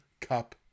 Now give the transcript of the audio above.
Cup